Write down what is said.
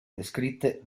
descritte